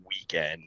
weekend